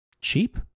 cheap